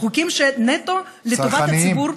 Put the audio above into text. חוקים שנטו לטובת הציבור.